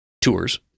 tours